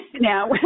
Now